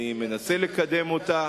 אני מנסה לקדם אותה,